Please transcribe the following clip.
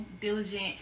diligent